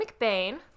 McBain